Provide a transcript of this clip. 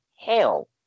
hell